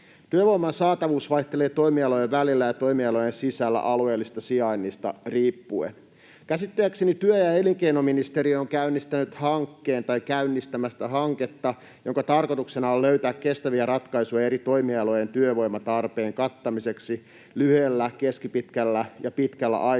Työvoiman saatavuus vaihtelee toimialojen välillä ja toimialojen sisällä alueellisesta sijainnista riippuen. Käsittääkseni työ‑ ja elinkeinoministeriö on käynnistämässä hanketta, jonka tarkoituksena on löytää kestäviä ratkaisuja eri toimialojen työvoimatarpeen kattamiseksi lyhyellä, keskipitkällä ja pitkällä aikavälillä